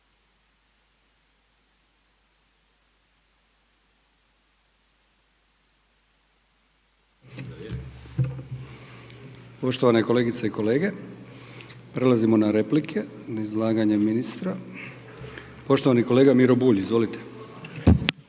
Poštovani kolegice i kolege, prelazimo na replike na izlaganje ministra. Poštovani kolega Miro Bulj, izvolite.